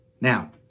Now